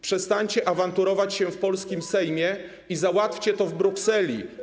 Przestańcie awanturować się w polskim Sejmie i załatwcie to w Brukseli.